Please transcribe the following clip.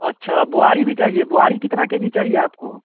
अच्छा बोआरी भी चाहिए बोआरी कितने के जी चाहिए आपको